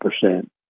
percent